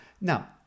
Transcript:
Now